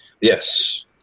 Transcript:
Yes